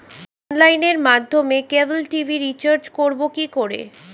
অনলাইনের মাধ্যমে cable TV recharge করব কি করে?